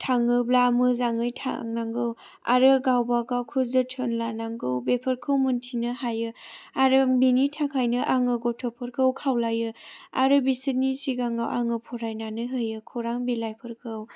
थाङोब्ला मोजाङै थानांगौ आरो गावबा गावखौ जोथोन लानांगौ बेफोरखौ मिन्थिनो हायो आरो बेनि थाखायनो आङो गथ'फोरखौ खावलायो आरो बिसोरनि सिगाङाव आङो फरायनानै होयो खौरां बिलाइफोरखौ